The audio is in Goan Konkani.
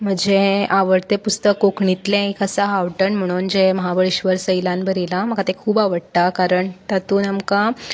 म्हजें आवडटें पुस्तक कोंकणीतलें एक आसा हांवठण म्हणून जें महाबळेश्वर सैलान बरयलां म्हाका तें खूब आवडटा कारण तातूंत आमकां